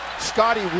scotty